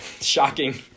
shocking